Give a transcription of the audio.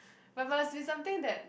but must be something that